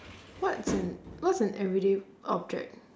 what's an what's an everyday object